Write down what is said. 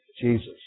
Jesus